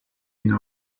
une